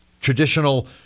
traditional